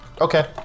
Okay